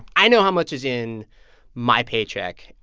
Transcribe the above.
i know how much is in my paycheck.